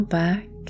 back